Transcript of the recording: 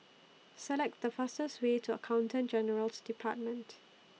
Select The fastest Way to Accountant General's department